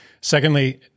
Secondly